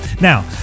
Now